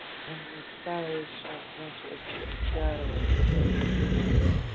اَہَن حظ تَوے حظ چھِ أسۍ تہِ پرٛارو أسۍ تہِ کرو وۅنۍ اِنتِظار